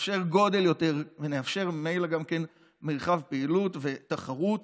נאפשר יותר גודל ונאפשר ממילא גם מרחב פעילות ותחרות